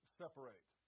separate